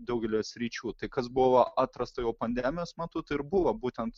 daugelyje sričių tai kas buvo atrasta jau pandemijos metu tai ir buvo būtent